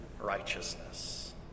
righteousness